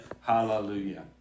hallelujah